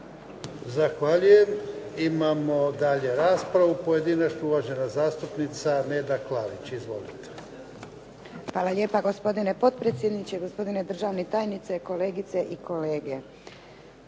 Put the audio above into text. Zahvaljujem. Imamo dalje raspravu pojedinačnu. Uvažena zastupnica Neda Klarić. Izvolite. **Klarić, Nedjeljka (HDZ)** Hvala lijepa gospodine potpredsjedniče, gospodine državni tajniče, kolegice i kolege.